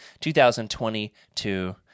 2022